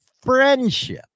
Friendship